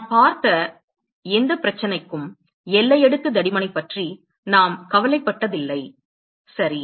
நாம் பார்த்த எந்தப் பிரச்சனைக்கும் எல்லை அடுக்கு தடிமனை பற்றி நாம் கவலைப்பட்டதில்லை சரி